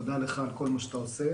תודה לך על כל מה שאתה עושה.